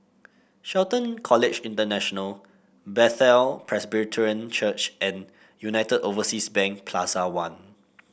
Shelton College International Bethel Presbyterian Church and United Overseas Bank Plaza One